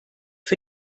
für